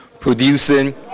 producing